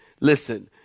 Listen